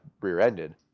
rear-ended